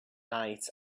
night